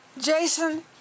Jason